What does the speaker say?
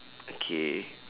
okay